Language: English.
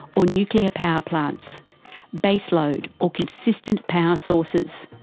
or nuclear power plants baseload or constant power sources.